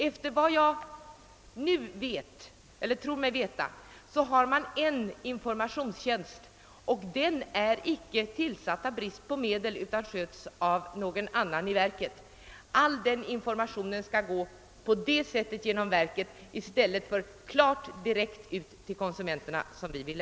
Enligt vad jag nu tror mig veta, har man en informationstjänst, men denna är av brist på medel icke tillsatt utan sköts av någon annan i verket. All efterlyst information skall ändå gå genom verket i stället för direkt ut till konsumenterna som vi vill.